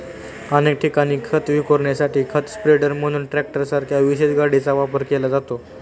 अनेक ठिकाणी खत विखुरण्यासाठी खत स्प्रेडर म्हणून ट्रॅक्टरसारख्या विशेष गाडीचा वापर केला जातो